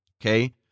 Okay